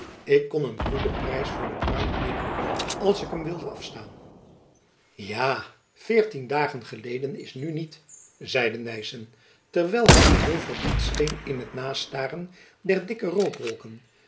ik kon een goeden prijs voor den bruin bedingen als ik hem wilde afstaan ja veertien dagen geleden is nu niet zeide nyssen terwijl hy geheel verdiept scheen in het nastaren der dikke